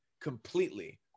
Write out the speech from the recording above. completely